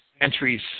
entries